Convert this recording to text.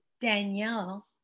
Danielle